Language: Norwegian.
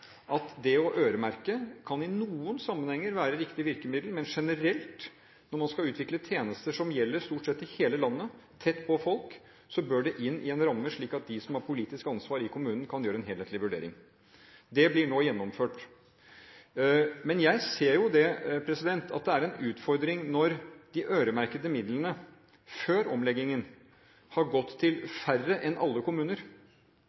at det å øremerke i noen sammenhenger kan være riktig virkemiddel, men generelt – når man skal utvikle tjenester som gjelder stort sett i hele landet, tett på folk – bør det inn i en ramme, slik at de som har politisk ansvar i kommunen, kan gjøre en helhetlig vurdering. Det blir nå gjennomført. Men jeg ser at det er en utfordring når de øremerkede midlene – før omleggingen – har gått til færre enn alle kommuner,